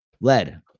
Lead